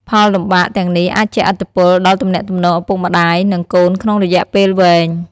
ផលលំបាកទាំងនេះអាចជះឥទ្ធិពលដល់ទំនាក់ទំនងឪពុកម្ដាយ និងកូនក្នុងរយៈពេលវែង។